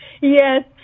Yes